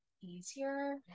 easier